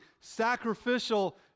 sacrificial